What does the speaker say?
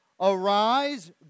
Arise